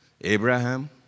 Abraham